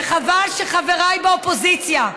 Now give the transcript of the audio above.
וחבל שחבריי באופוזיציה,